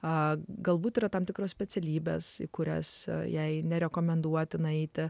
o galbūt yra tam tikras specialybes kurias jei nerekomenduotina eiti